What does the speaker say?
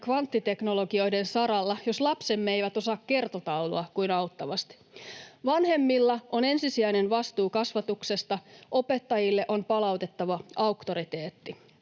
kvanttiteknologioiden saralla, jos lapsemme eivät osaa kertotaulua kuin auttavasti? Vanhemmilla on ensisijainen vastuu kasvatuksesta; opettajille on palautettava auktoriteetti.